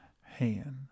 hand